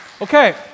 Okay